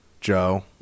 Joe